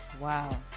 Wow